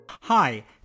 Hi